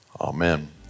Amen